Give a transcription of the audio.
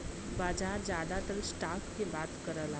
बाजार जादातर स्टॉक के बात करला